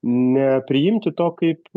nepriimti to kaip